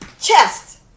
chest